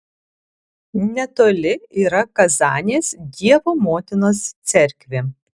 netoli yra kazanės dievo motinos cerkvė